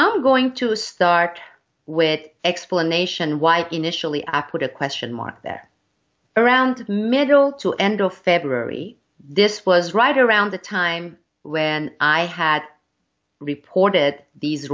i'm going to start with explanation why initially at what a question mark there around middle to end of february this was right around the time when i had reported these